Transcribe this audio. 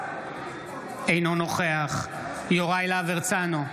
אינו נוכח יוראי להב הרצנו,